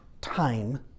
time